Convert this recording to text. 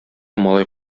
малай